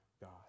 God